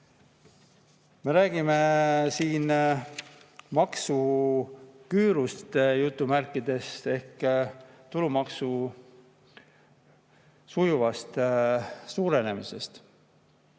Me räägime siin maksuküürust, jutumärkides, ehk tulumaksu sujuvast suurenemisest.